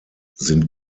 sind